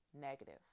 negative